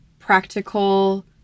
practical